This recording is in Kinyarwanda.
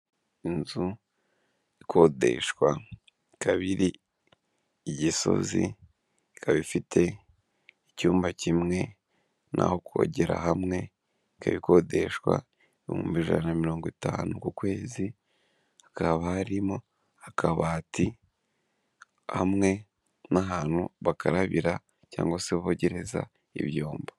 Inzu ikodeshwa akaba iri i Gisozi, ikaba ifite icyumba kimwe n'aho kogera hamwe ikaba ikodeshwa ibihumbi ijana na mirongo itanu ku kwezi. Hakaba harimo akabati hamwe n'ahantu bakarabira cyangwa se bogereza ibyombo.